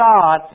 God